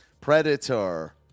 Predator